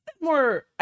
more